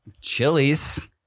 chilies